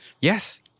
Yes